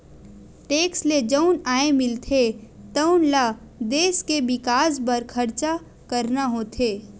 tax ले जउन आय मिलथे तउन ल देस के बिकास बर खरचा करना होथे